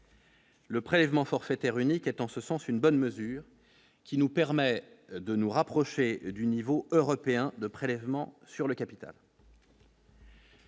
Le prélèvement forfaitaire unique est en ce sens une bonne mesure qui nous permet de nous rapprocher du niveau européen de prélèvements sur le capital.